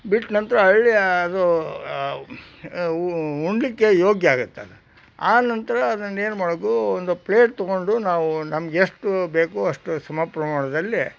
ಬಿಟ್ಟ ನಂತರ ಅರಳಿ ಅದು ಉಣ್ಣಲಿಕ್ಕೆ ಯೋಗ್ಯ ಆಗುತ್ತದು ಆ ನಂತರ ಅದನ್ನು ಏನು ಮಾಡಬೇಕು ಒಂದು ಪ್ಲೇಟ್ ತೊಗೊಂಡು ನಾವು ನಮ್ಗೆ ಎಷ್ಟು ಬೇಕು ಅಷ್ಟು ಸಮ ಪ್ರಮಾಣದಲ್ಲಿ